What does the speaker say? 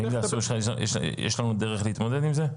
ואם זה אסור, יש לנו דרך להתמודד עם זה?